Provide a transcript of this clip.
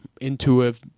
Intuitive